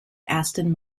aston